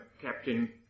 Captain